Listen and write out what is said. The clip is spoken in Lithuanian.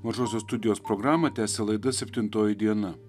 mažosios studijos programą tęsia laida septintoji diena